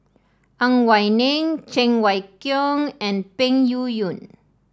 Ang Wei Neng Cheng Wai Keung and Peng Yuyun